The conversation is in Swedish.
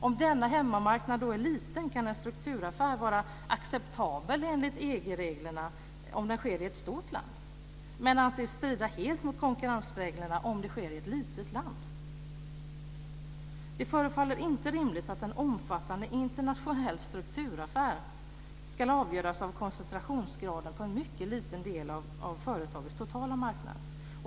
Om denna hemmamarknad då är liten kan en strukturaffär vara acceptabel enligt EG-reglerna om den sker i ett stort land men anses strida helt mot konkurrensreglerna om den sker i ett litet land. Det förefaller inte rimligt att en omfattande internationell strukturaffär ska avgöras av koncentrationsgraden på en mycket liten del av företagets totala marknad.